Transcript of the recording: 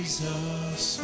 Jesus